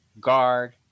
guard